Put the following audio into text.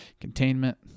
containment